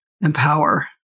empower